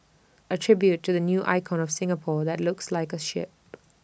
A tribute to the new icon of Singapore that looks like A ship